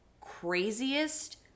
craziest